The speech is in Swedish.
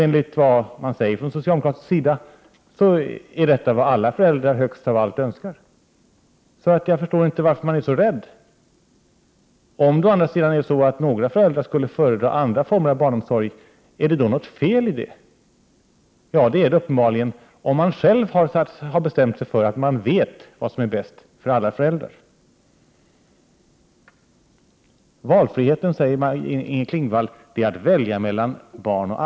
Enligt vad man säger från socialdemokratisk sida är detta vad alla föräldrar högst av allt önskar. Jag förstår inte varför man är så rädd. Om å andra sidan några föräldrar skulle föredra andra former av barnomsorg, är det något fel i det? Det är uppenbarligen så om man själv har bestämt sig för att man ver vad som är bäst för alla föräldrar. Valfrihet är att välja mellan barn och arbete, säger Maj-Inger Klingvall.